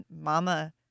mama